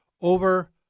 over